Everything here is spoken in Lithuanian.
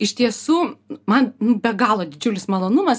iš tiesų man be galo didžiulis malonumas